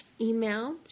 email